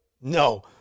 No